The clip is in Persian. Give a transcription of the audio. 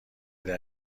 بده